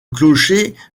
clocher